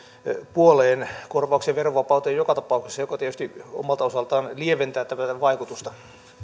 puoleen korvaukseen verovapaasti joka tapauksessa mikä tietysti omalta osaltaan lieventää tämän vaikutusta